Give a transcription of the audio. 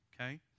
Okay